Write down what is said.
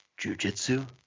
Jujitsu